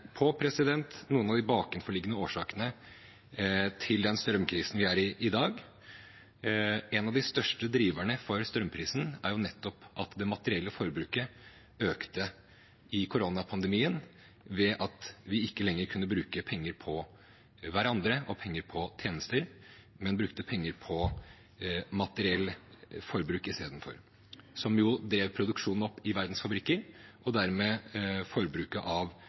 noen av de bakenforliggende årsakene til den strømkrisen vi i dag er i. En av de største driverne for strømprisen er nettopp at det materielle forbruket økte i koronapandemien ved at vi ikke lenger kunne bruke penger på hverandre og på tjenester, men brukte penger på materielt forbruk i stedet. Det drev produksjonen opp i verdens fabrikker, og med det forbruket av